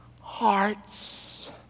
hearts